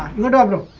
lot of